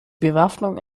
bewaffnung